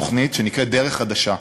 תוכנית שנקראת "דרך חדשה"